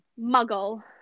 Muggle